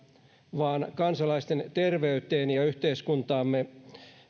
vaan kansalaisten terveyteen ja yhteiskuntamme